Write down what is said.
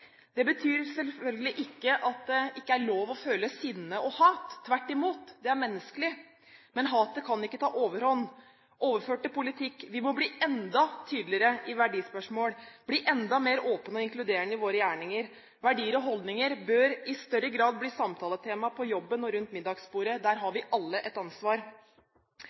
Det betyr selvfølgelig ikke at det ikke er lov å føle sinne og hat. Tvert imot, det er menneskelig, men hatet kan ikke ta overhånd. Overført til politikk: Vi må bli enda tydeligere i verdispørsmål, bli enda mer åpne og inkluderende i våre gjerninger. Verdier og holdninger bør i større grad bli samtaletema på jobben og rundt middagsbordet. Der har vi alle et ansvar.